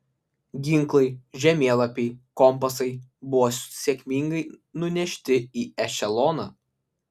ginklai žemėlapiai kompasai buvo sėkmingai nunešti į ešeloną